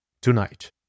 Tonight